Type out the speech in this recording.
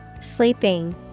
Sleeping